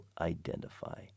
identify